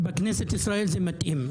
בכנסת ישראל זה מתאים.